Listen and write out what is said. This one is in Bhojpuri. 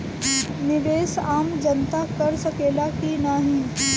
निवेस आम जनता कर सकेला की नाहीं?